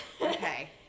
Okay